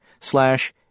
slash